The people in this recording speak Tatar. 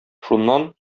шуннан